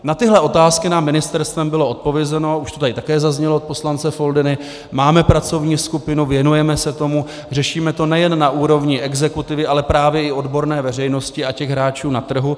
Na tyhle otázky nám bylo ministerstvem odpovězeno, už to tady také zaznělo od poslance Foldyny: máme pracovní skupinu, věnujeme se tomu, řešíme to nejen na úrovni exekutivy, ale právě i odborné veřejnosti a těch hráčů na trhu.